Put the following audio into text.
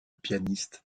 pianiste